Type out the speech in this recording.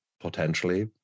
potentially